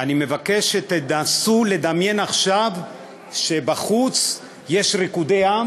אני מבקש שתנסו לדמיין עכשיו שבחוץ יש ריקודי עם